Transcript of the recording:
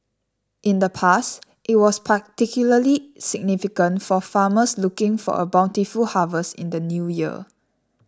in the past it was particularly significant for farmers looking for a bountiful harvest in the New Year